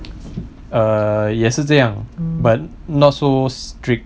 err 也是这样 but not so strict